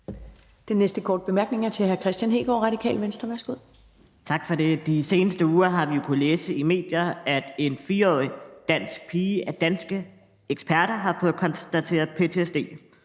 Den næste korte bemærkning er til hr. Kristian Hegaard, Radikale Venstre. Værsgo. Kl. 13:15 Kristian Hegaard (RV): Tak for det. De seneste uger har vi jo kunnet læse i medierne, at en 4-årig dansk pige af danske eksperter har fået konstateret ptsd,